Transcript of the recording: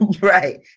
Right